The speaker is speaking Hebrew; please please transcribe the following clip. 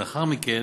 ולאחר מכן